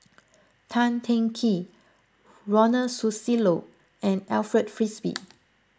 Tan Teng Kee Ronald Susilo and Alfred Frisby